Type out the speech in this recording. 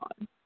on